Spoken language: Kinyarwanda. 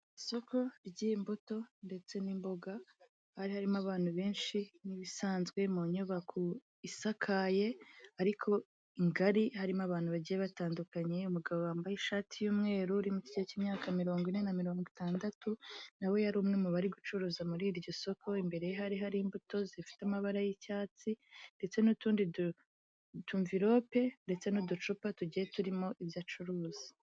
Isoko ry'imbuto ndetse n'imboga hari haririmo abantu benshi nk'ibisanzwe mu nyubako isakaye ariko ngari harimo abantu bagiye batandukanye, umugabo wambaye ishati y'umweru uri mu gihe cy'imyaka mirongo ine na mirongo itandatu nawe yari umwe mubari gucuruza muri iryo soko, imbere ye hari hari imbuto zifite amabara y'icyatsi ndetse n'utundi tumvilope ndetse n'uducupa tugiye turimo ibyo acuruza.